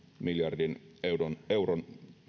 miljardin euron euron